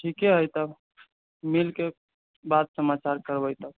ठीके है तब मील के बात समाचार करबै तब